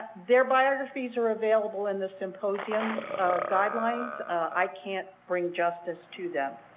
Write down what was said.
their biographies are available in the symposium guidelines, i can't bring justice to that.